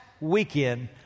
weekend